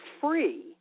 free